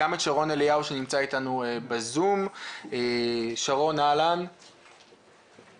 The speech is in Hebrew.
שרון אליהו שנמצא איתנו בזום בקצרה בבקשה.